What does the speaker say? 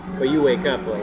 but you wake up, what